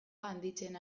handitzen